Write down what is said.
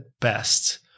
best